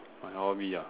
my hobby ah